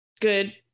good